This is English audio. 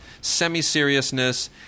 semi-seriousness